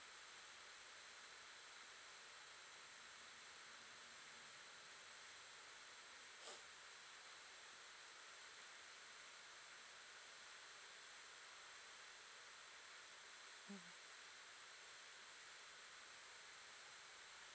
mmhmm